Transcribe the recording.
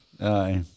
Aye